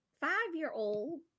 five-year-old